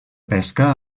pesca